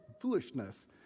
foolishness